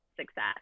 success